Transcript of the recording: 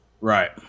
Right